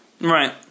Right